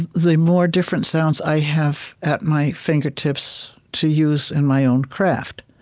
the more different sounds i have at my fingertips to use in my own craft.